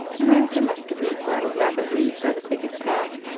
and then sir muscovy waddled rapidly by the quickest path,